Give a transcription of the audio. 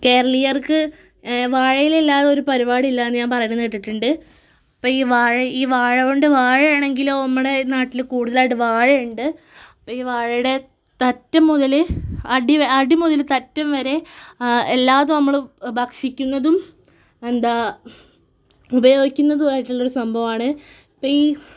കേരളീയർക്ക് വാഴയിലില്ലാതെ ഒരു പരിപാടിയില്ലയെന്നു ഞാൻ പറയണത് കേട്ടിട്ടുണ്ട് അപ്പം ഈ വാഴ ഈ വാഴ കൊണ്ടു വാഴയാണെങ്കിലോ നമ്മുടെ നാട്ടിൽ കൂടുതലായിട്ട് വാഴയുണ്ട് അപ്പം ഈ വാഴയുടെ തറ്റമ്മുതൽ അടി വ അടി മുതൽ തറ്റം വരെ എല്ലാതും നമ്മൾ ഭക്ഷിക്കുന്നതും എന്താ ഉപയോഗിക്കുന്നതുമായിട്ടുള്ളൊരു സംഭവമാണ് അപ്പം ഈ